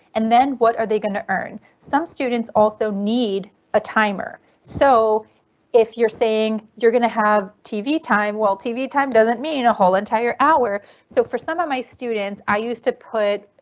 and then what are they going to earn. some students also need a timer. so if you're saying you're going to have tv time well tv time doesn't mean a whole entire hour. so for some of my students, i used to put